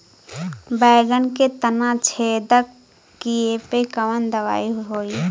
बैगन के तना छेदक कियेपे कवन दवाई होई?